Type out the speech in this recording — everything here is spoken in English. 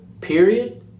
period